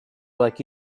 like